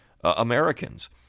Americans